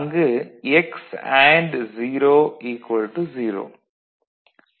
அங்கு x and 0 0